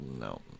no